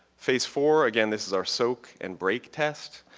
phase four, again this is our soak and break test.